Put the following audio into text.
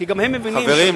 כי גם הם מבינים שהתשובה,